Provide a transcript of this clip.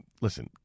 listen